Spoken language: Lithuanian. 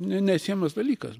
ne neatsiejamas dalykas